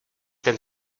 ten